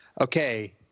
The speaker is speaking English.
Okay